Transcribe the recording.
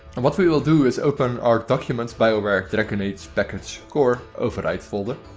and what we will do is open our documents bioware dragon age packages core override folder.